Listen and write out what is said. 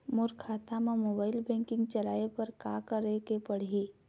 मोर खाता मा mobile banking चलाए बर का करेक पड़ही?